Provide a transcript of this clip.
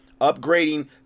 upgrading